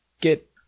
get